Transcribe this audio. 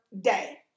day